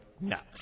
nuts